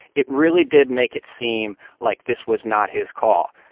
it really did make it seem like this was not his call.